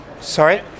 Sorry